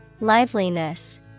Liveliness